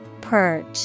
Perch